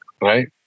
Right